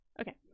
okay